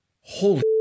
holy